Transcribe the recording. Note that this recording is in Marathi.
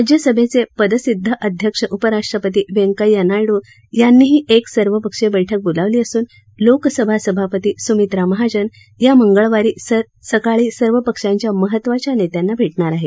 राज्यसभेचे पदसिद्ध अध्यक्ष उपराष्ट्रपती व्यंकय्या नायड्र यांनीही एक सर्वपक्षीय बैठक बोलावली असून लोकसभा सभापती सुमित्रा महाजन या मंगळवारी सकाळी सर्व पक्षांच्या महत्त्वाच्या नेत्यांना भेटणार आहेत